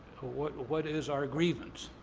what what is our grievance?